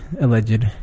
alleged